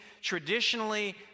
traditionally